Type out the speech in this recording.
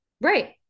Right